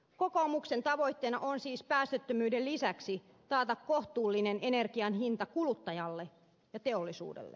kokoomuksen tavoitteena on siis päästöttömyyden lisäksi taata kohtuullinen energian hinta kuluttajalle ja teollisuudelle